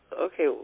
Okay